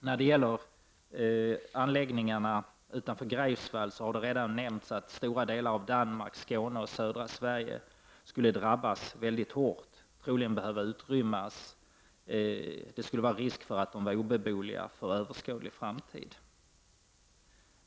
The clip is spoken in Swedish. När det gäller anläggningarna utanför Greifswald har det redan nämnts att stora delar av Danmark, Skåne och södra Sverige skulle drabbas mycket hårt. Troligen skulle områden behöva utrymmas, och det skulle finnas en risk för att de skulle vara obeboeliga för en överskådlig framtid.